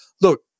look